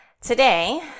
today